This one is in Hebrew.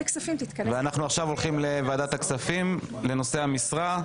אנחנו עכשיו הולכים לוועדת הכספים לנושאי המשרה.